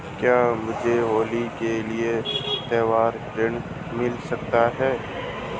क्या मुझे होली के लिए त्यौहारी ऋण मिल सकता है?